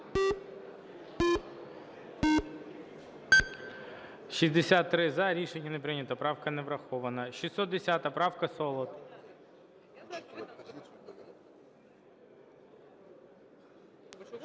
За-63 Рішення не прийнято. Правка не врахована. 610 правка, Солод.